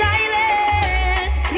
Silence